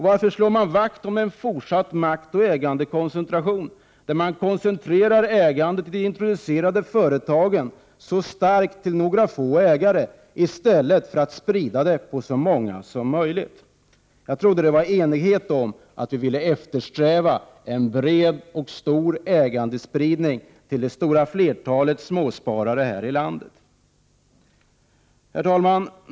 Varför slår man vakt om en fortsatt maktoch ägandekoncentration, där man koncentrerar ägandet i de introducerade företagen så starkt till några få ägare i stället för att sprida det på så många som möjligt? Jag trodde att det rådde enighet om att vi skulle eftersträva en spridning av ägandet till det stora flertalet småsparare här i landet. Herr talman!